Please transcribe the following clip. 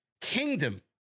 kingdom